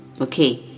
Okay